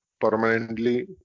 permanently